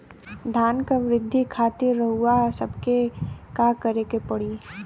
धान क वृद्धि खातिर रउआ सबके का करे के पड़ी?